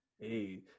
hey